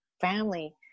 family